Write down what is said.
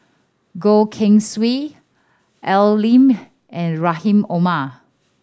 Goh Keng Swee Al Lim and Rahim Omar